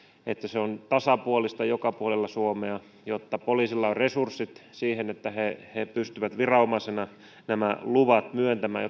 että se on tasapuolista joka puolella suomea jotta poliisilla on resurssit siihen että he he pystyvät viranomaisena nämä luvat myöntämään